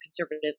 conservative